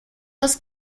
dos